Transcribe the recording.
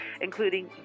including